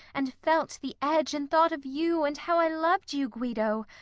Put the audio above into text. and felt the edge, and thought of you, and how i loved you, guido,